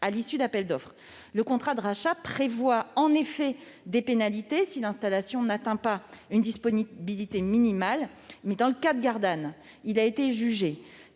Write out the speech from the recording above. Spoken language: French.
à l'issue d'appels d'offres. Certes, le contrat de rachat prévoit des pénalités si l'installation n'atteint pas une disponibilité minimale ; mais, dans le cas de Gardanne, il a été jugé